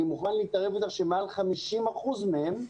אני מוכן להתערב איתך שמעל 50% מהם,